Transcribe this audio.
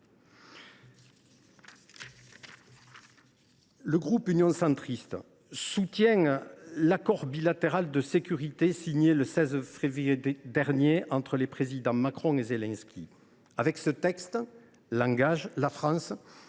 Le groupe Union Centriste soutient l’accord bilatéral de sécurité signé le 16 février dernier entre les présidents Macron et Zelensky. Avec ce texte, la France